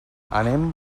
anem